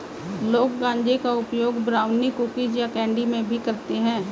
लोग गांजे का उपयोग ब्राउनी, कुकीज़ या कैंडी में भी करते है